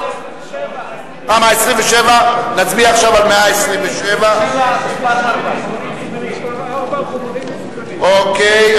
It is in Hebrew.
127. נצביע עכשיו על 127. אוקיי,